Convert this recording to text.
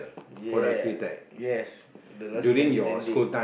ya yes the last man standing